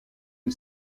une